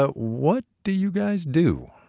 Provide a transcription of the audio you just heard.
ah what do you guys do?